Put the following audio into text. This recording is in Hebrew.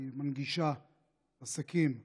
כי היא מנגישה עסקים לצרכנים,